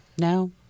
No